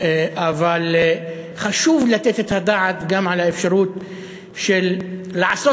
אבל חשוב לתת את הדעת גם לאפשרות לעשות